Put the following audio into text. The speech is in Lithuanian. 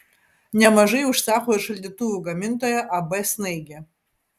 nemažai užsako ir šaldytuvų gamintoja ab snaigė